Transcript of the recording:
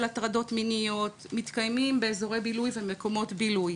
הטרדות מיניות מתקיימים באזורי בילוי ומקומות בילוי